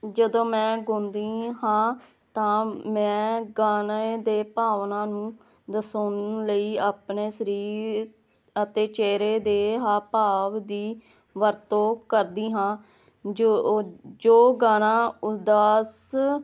ਜਦੋਂ ਮੈਂ ਗਾਉਂਦੀ ਹਾਂ ਤਾਂ ਮੈਂ ਗਾਣੇ ਦੇ ਭਾਵਨਾ ਨੂੰ ਦਰਸਾਉਣ ਲਈ ਆਪਣੇ ਸਰੀਰ ਅਤੇ ਚਿਹਰੇ ਦੇ ਹਾਵ ਭਾਵ ਦੀ ਵਰਤੋਂ ਕਰਦੀ ਹਾਂ ਜੋ ਜੋ ਗਾਣਾ ਉਦਾਸ